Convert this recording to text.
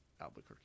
Albuquerque